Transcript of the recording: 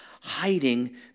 hiding